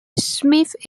smith